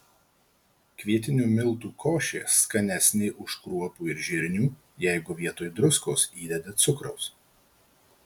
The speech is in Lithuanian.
kvietinių miltų košė skanesnė už kruopų ir žirnių jeigu vietoj druskos įdedi cukraus